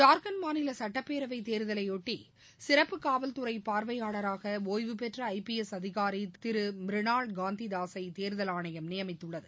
ஜார்கண்ட் மாநில சட்டப்பேரவை தேர்தலையொட்டி சிறப்பு ஊவல் துறை பார்வையாளராக ஒய்வுபெற்ற ஐபிஎஸ் அதிகாரி திரு மிரினால் காந்திதாஸ் ஐ தேர்தல் ஆணையம் நியமித்துள்ளது